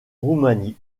roumanie